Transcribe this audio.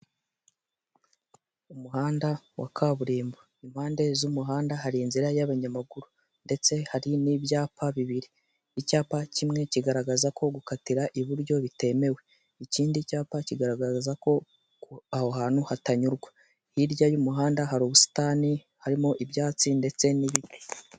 Umuhanda wa kaburimbo impande z'umuhanda hari inzira y'abanyamaguru ndetse hari n'ibyapa bibiri, icyapa kimwe kigaragaza ko gukatira iburyo bitemewe, ikindi cyapa kigaragaza ko aho hantu hatanyurwa hirya y'umuhanda hari ubusitani harimo ibyatsi ndetse n'ibiti.